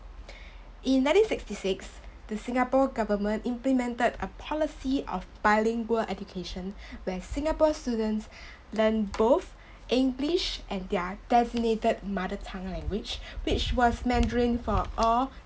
in nineteen sixty six the singapore government implemented a policy of bilingual education where singapore students learn both english and their designated mother tongue language which was mandarin for all